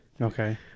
Okay